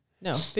No